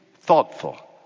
thoughtful